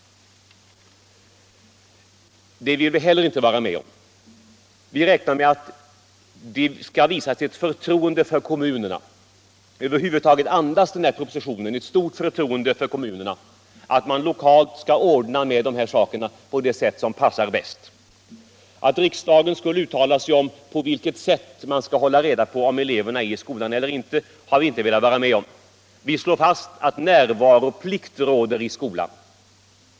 Det vill vi heller inte vara med om. Propositionen andas ett stort förtroende för kommunerna, när det gäller att man där lokalt skall kunna ordna med dessa ting på det sätt som passar bäst. Vi har därför inte velat vara med om att riksdagen skulle uttala sig om på vilket sätt man skall hålla reda på om eleverna är i skolan eller inte. Vi slår fast att närvaroplikt råder i skolan.